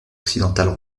occidentales